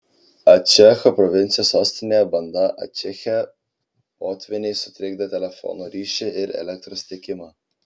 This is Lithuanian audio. ačecho provincijos sostinėje banda ačeche potvyniai sutrikdė telefono ryšį ir elektros tiekimą